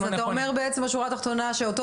אז אתה אומר בעצם בשורה התחתונה שאותו